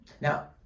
Now